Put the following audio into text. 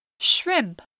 Shrimp